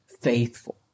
faithful